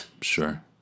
Sure